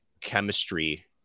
chemistry